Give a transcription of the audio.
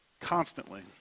Constantly